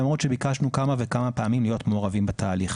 למרות שביקשנו כמה וכמה פעמים להיות מעורבים בתהליך.